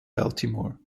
baltimore